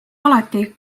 alati